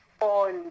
on